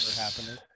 happening